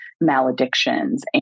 maledictions